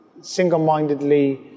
single-mindedly